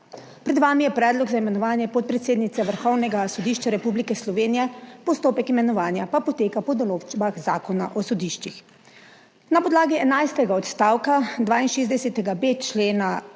Pred vami je predlog za imenovanje podpredsednice Vrhovnega sodišča Republike Slovenije, postopek imenovanja pa poteka po določbah Zakona o sodiščih. Na podlagi enajstega odstavka 62.b člena